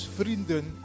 vrienden